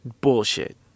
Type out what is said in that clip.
Bullshit